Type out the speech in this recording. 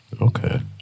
Okay